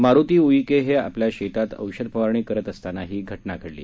मारोती उईके हे आपल्या शेतात औषध फवारणी करत असताना हि घटना घडली